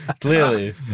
Clearly